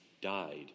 died